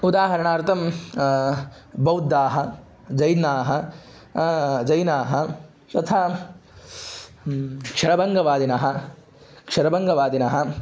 उदाहरणार्थं बौद्धाः जैनाः जैनाः तथा क्षरबङ्गवादिनः क्षरबङ्गवादिनः